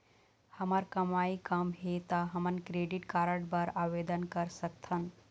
हमर कमाई कम हे ता हमन क्रेडिट कारड बर आवेदन कर सकथन?